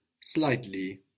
slightly